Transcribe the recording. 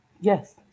Yes